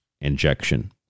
Injection